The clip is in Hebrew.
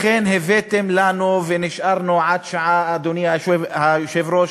לכן הבאתם לנו את זה ונשארנו, אדוני היושב-ראש,